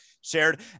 shared